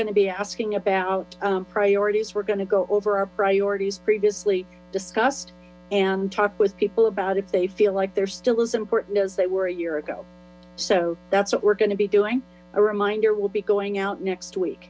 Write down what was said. going to be asking about priorities we're going to go over our priorities previously discussed and talk with people about if they feel like there's still as important as they were a year ago so that's what we're going to be doing a reminder we'll be going out next week